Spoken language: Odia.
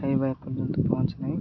ଖାଇବା ଏ ପର୍ଯ୍ୟନ୍ତ ପହଞ୍ଚିନାଇଁ